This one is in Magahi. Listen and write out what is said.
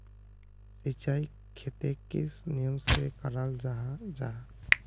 सिंचाई खेतोक किस नियम से कराल जाहा जाहा?